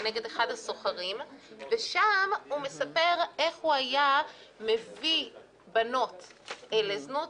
כנגד אחד הסוחרים ושם הוא מספר איך הוא היה מביא בנות לזנות.